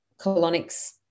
colonics